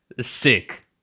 sick